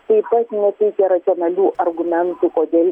taip pat neteikė racionalių argumentų kodėl